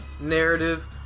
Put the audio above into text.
narrative